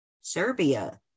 serbia